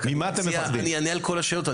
ואני רק מציע אני אענה על כל השאלות.